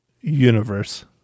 universe